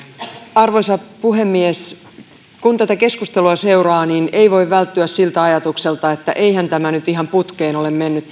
arvoisa puhemies kun tätä keskustelua seuraa ei voi välttyä siltä ajatukselta että eihän tämä lain käsittely nyt ihan putkeen ole mennyt